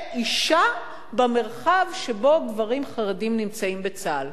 אשה במרחב שבו גברים חרדים נמצאים בצה"ל.